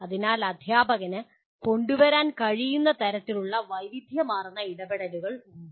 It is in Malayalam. അതിനാൽ അദ്ധ്യാപകന് കൊണ്ടുവരാൻ കഴിയുന്ന തരത്തിലുള്ള വൈവിധ്യമാർന്ന ഇടപെടലുകൾ ഉണ്ട്